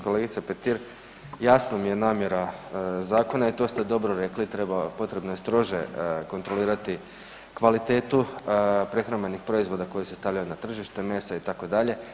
Kolegice Petir, jasna mi je namjera zakona i to ste dobro rekli, treba, potrebno je strože kontrolirati kvalitetu prehrambenih proizvoda koji se stavljaju na tržište, mesa itd.